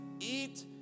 Eat